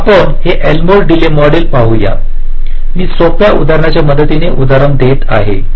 तर आपण हे एल्मोर डिले मॉडेल पाहू या मी सोप्या उदाहरणाच्या मदतीने उदाहरण देत आहे